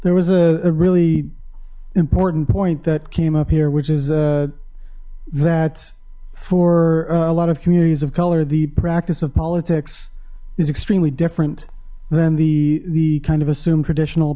there was a really important point that came up here which is that for a lot of communities of color the practice of politics is extremely different than the the kind of assumed traditional